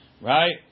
Right